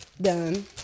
Done